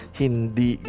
hindi